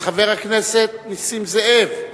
של חבר הכנסת נסים זאב.